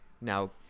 now